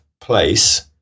place